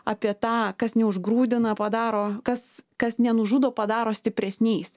apie tą kas neužgrūdina padaro kas kas nenužudo padaro stipresniais